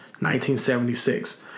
1976